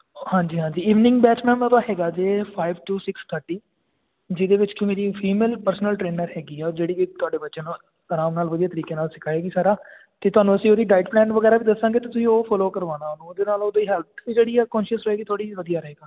ਹਾਂਜੀ ਹਾਂਜੀ evening batch ma'am ਹੈਗਾ ਜੇ ਫਾਈਵ ਟੂ ਸਿਕਸ ਥਰਟੀ ਜਿਹਦੇ ਵਿੱਚ ਕਿ ਮੇਰੀ ਫੀਮੇਲ ਪਰਸਨਲ ਟਰੇਨਰ ਹੈਗੀ ਆ ਉਹ ਜਿਹੜੀ ਕਿ ਤੁਹਾਡੇ ਬੱਚਿਆਂ ਨੂੰ ਆਰਾਮ ਨਾਲ ਵਧੀਆ ਤਰੀਕੇ ਨਾਲ ਸਿਖਾਏਗੀ ਸਾਰਾ ਅਤੇ ਤੁਹਾਨੂੰ ਅਸੀਂ ਉਹਦੀ ਡਾਇਟ ਪਲਾਨ ਵਗੈਰਾ ਵੀ ਦੱਸਾਂਗੇ ਤੁਸੀਂ ਉਹ ਫੋਲੋ ਕਰਵਾਉਣਾ ਉਹਨੂੰ ਉਹਦੇ ਨਾਲ ਉਹਦੀ ਹੈਲਥ ਜਿਹੜੀ ਆ ਕੋਨਸ਼ੀਅਸ਼ ਰਹੇਗੀ ਥੋੜ੍ਹੀ ਵਧੀਆ ਰਹੇਗਾ